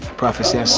prophesy,